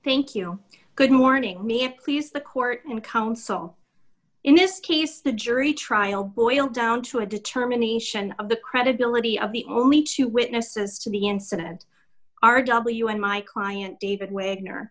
thank you good morning me please the court and council in this case the jury trial boiled down to a determination of the credibility of the only two witnesses to the incident are w n my client david widner